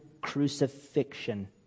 crucifixion